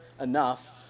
enough